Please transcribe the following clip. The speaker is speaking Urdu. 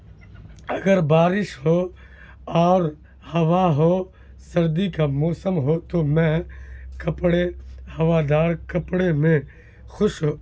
اگر بارش ہو اور ہوا ہو سردی کا موسم ہو تو میں کپڑے ہوا دار کپڑے میں خوش ہو